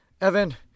Evan